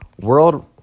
World